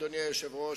אדוני היושב-ראש,